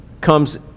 comes